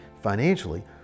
financially